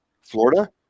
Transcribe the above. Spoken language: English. florida